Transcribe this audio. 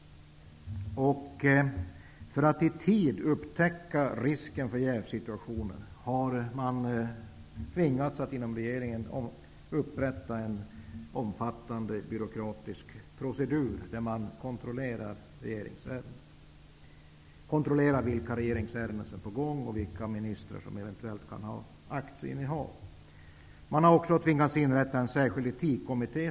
För att i tid kunna upptäcka risken för jävssituationer har man i regeringen tvingats upprätta en omfattande byråkratisk procedur för kontroll av vilka regeringsärenden som är på gång och vilka ministrar som eventuellt har aktier. Man har också tvingats inrätta en särskild etikkommitté.